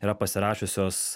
yra pasirašiusios